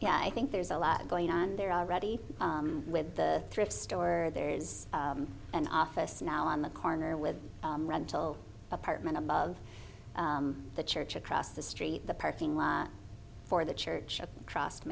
yeah i think there's a lot going on there already with the thrift store there is an office now on the corner with a rental apartment above the church across the street the parking lot for the church trust